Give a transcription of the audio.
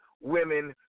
women